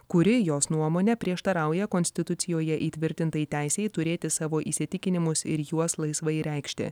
kuri jos nuomone prieštarauja konstitucijoje įtvirtintai teisei turėti savo įsitikinimus ir juos laisvai reikšti